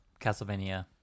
Castlevania